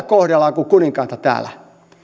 kohdellaan kuin kuninkaita täällä